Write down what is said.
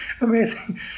amazing